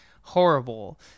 horrible